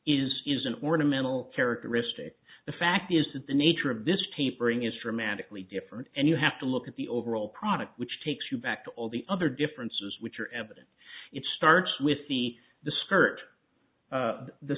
is is an ornamental characteristic the fact is that the nature of this tapering is dramatically different and you have to look at the overall product which takes you back to all the other differences which are evident it starts with the the skirt of the